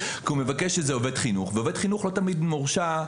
מבקש את זה עובד חינוך ועובד חינוך לא תמיד מורשע,